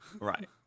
right